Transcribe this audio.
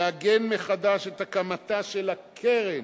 לעגן מחדש את הקמתה של הקרן